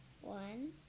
one